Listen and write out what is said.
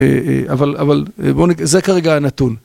אבל זה כרגע הנתון.